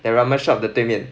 the ramen shop 的对面